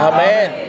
Amen